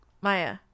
Maya